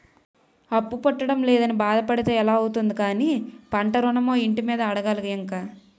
అప్పు పుట్టడం లేదని బాధ పడితే ఎలా అవుతుంది కానీ పంట ఋణమో, ఇంటి మీదో అడగాలి ఇంక